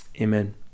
Amen